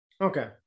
Okay